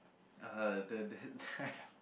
uh the the